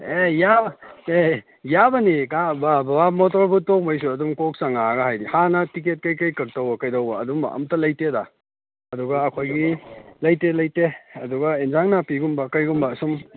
ꯑꯦ ꯑꯦ ꯌꯥꯕꯅꯤ ꯕꯕꯥ ꯃꯣꯇꯣꯔ ꯕꯣꯠ ꯇꯣꯡꯕꯩꯁꯨ ꯑꯗꯨꯝ ꯀꯣꯛ ꯆꯪꯉꯛꯑꯒ ꯍꯥꯏꯗꯤ ꯍꯥꯟꯅ ꯇꯤꯛꯀꯦꯠ ꯀꯩꯩꯀꯩ ꯀꯛꯇꯧꯕ ꯀꯩꯗꯧꯕ ꯑꯗꯨꯝꯕ ꯑꯝꯇ ꯂꯩꯇꯦꯗ ꯑꯗꯨꯒ ꯑꯩꯈꯣꯏꯒꯤ ꯂꯩꯇꯦ ꯂꯩꯇꯦ ꯑꯗꯨꯒ ꯏꯟꯖꯥꯡ ꯅꯥꯄꯤꯒꯨꯝꯕ ꯀꯩꯒꯨꯝꯕ ꯁꯨꯝ